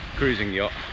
cruising yacht